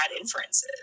inferences